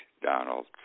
Donald